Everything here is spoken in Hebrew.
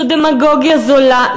זו דמגוגיה זולה,